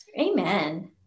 Amen